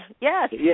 yes